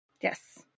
Yes